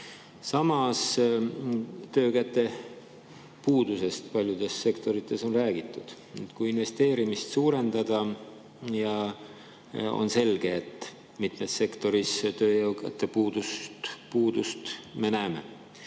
Samas, töökäte puudusest paljudes sektorites on räägitud. Kui investeerimist suurendada, on selge, et me näeme mitmes sektoris tööjõupuudust.